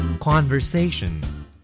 Conversation